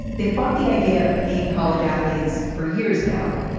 they fought the idea of paying college athletes for years now.